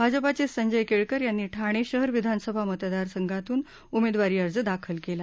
भाजपाचे संजय केळकर यांनी ठाणे शहर विधानसभा मतदारसंघातून उमेदवारी अर्ज दाखल केला